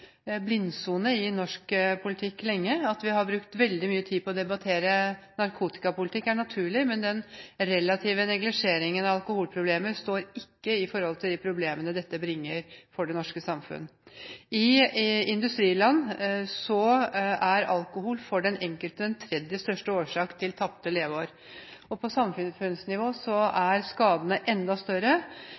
blindsone lenge. At vi har brukt veldig mye tid på å debattere narkotikapolitikk, er naturlig, men den relative neglisjeringen av alkoholproblemer står ikke i forhold til de problemene dette medfører for det norske samfunn. I industriland er alkohol den tredje største årsaken til tapte leveår for den enkelte. På samfunnsnivå er skadene enda større,